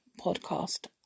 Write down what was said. podcast